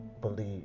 believe